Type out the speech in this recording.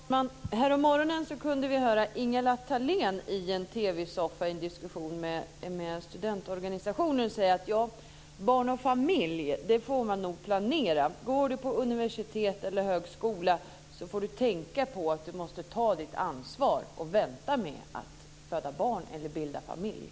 Fru talman! Härommorgonen kunde vi höra Ingela Thalén i en TV-soffa i en diskussion med en representant för en studentorganisation säga att man nog får planera barn och familj. Går du på universitet eller högskola får du tänka på att du måste ta ditt ansvar och vänta med att föda barn eller bilda familj.